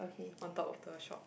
on top of the shop